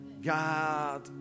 God